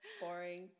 boring